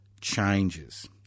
changes